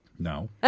No